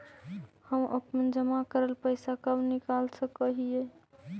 हम अपन जमा करल पैसा कब निकाल सक हिय?